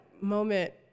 moment